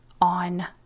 on